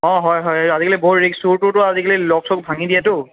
অঁ হয় হয় আজিকালি বৰ ৰিক্সতো চুৰ তুৰেতো আজিকালি লক চক ভাঙি দিয়েতো